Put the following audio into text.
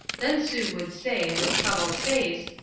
then sue would say, with troubled face,